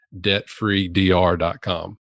debtfreedr.com